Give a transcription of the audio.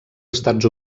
estats